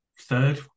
third